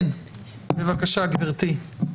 בבקשה, גברתי.